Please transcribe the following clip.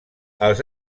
als